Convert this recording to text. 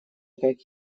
как